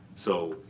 so